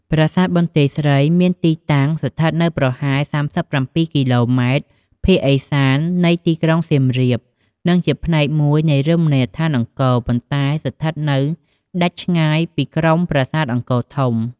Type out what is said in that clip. ប្រាសាទបន្ទាយស្រីមានទីតាំងស្ថិតនៅប្រហែល ៣៧ គីឡូម៉ែត្រភាគឦសាននៃទីក្រុងសៀមរាប និងជាផ្នែកមួយនៃរមណីយដ្ឋានអង្គរ ប៉ុន្តែស្ថិតនៅដាច់ឆ្ងាយពីក្រុមប្រាសាទអង្គរធំ។